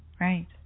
Right